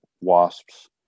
wasps